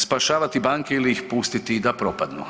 Spašavati banke ili ih pustiti da propadnu.